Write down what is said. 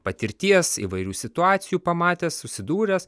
patirties įvairių situacijų pamatęs susidūręs